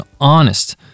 honest